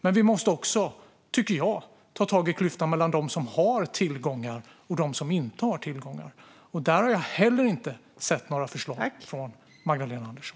Men vi måste också, tycker jag, ta tag i klyftan mellan dem som har tillgångar och dem som inte har tillgångar. Där har jag heller inte sett några förslag från Magdalena Andersson.